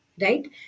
right